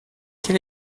quel